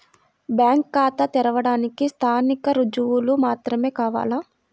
Bank ఖాతా తెరవడానికి స్థానిక రుజువులు మాత్రమే కావాలా?